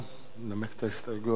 נמק את ההסתייגויות שלך.